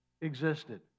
existed